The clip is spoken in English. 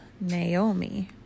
Naomi